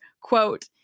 quote